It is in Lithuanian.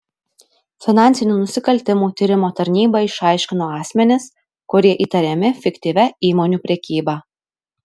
finansinių nusikaltimų tyrimo tarnyba išaiškino asmenis kurie įtariami fiktyvia įmonių prekyba